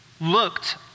looked